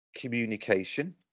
Communication